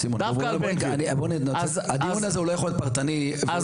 סימון, הדיון הזה לא יכול להיות פרטני ופרסונלי.